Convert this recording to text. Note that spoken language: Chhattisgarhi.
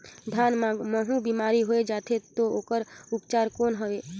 धान मां महू बीमारी होय जाथे तो ओकर उपचार कौन हवे?